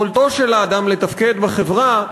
יכולתו של האדם לתפקד בחברה,